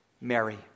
Mary